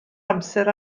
amser